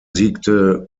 siegte